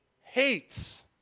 hates